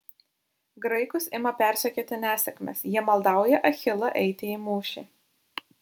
graikus ima persekioti nesėkmės jie maldauja achilą eiti į mūšį